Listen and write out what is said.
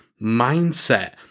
mindset